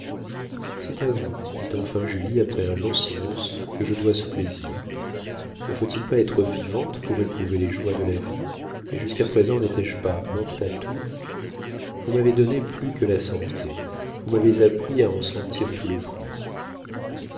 c'est à vous dit enfin julie après un long silence que je dois ce plaisir ne faut-il pas être vivante pour éprouver les joies de la vie et jusqu'à présent n'étais-je pas morte à tout vous m'avez donné plus que la santé vous m'avez appris à en sentir tout le prix